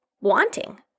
wanting